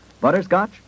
butterscotch